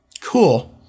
Cool